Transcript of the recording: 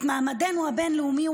את מעמדנו הבין-לאומי,